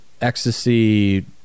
ecstasy